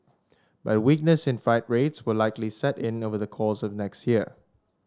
but weakness in freight rates will likely set in over the course of next year